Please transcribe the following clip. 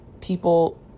people